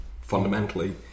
fundamentally